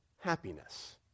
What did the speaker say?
happiness